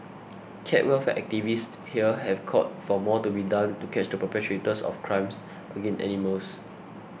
cat welfare activists here have called for more to be done to catch the perpetrators of crimes against animals